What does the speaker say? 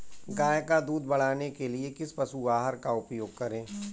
गाय का दूध बढ़ाने के लिए किस पशु आहार का उपयोग करें?